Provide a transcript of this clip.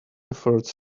efforts